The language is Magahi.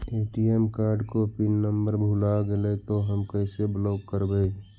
ए.टी.एम कार्ड को पिन नम्बर भुला गैले तौ हम कैसे ब्लॉक करवै?